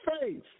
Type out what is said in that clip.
faith